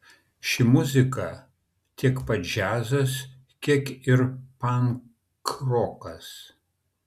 ši muzika tiek pat džiazas kiek ir pankrokas